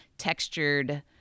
textured